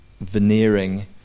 veneering